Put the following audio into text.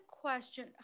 question